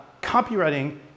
copywriting